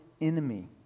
enemy